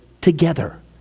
together